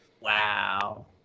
Wow